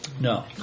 No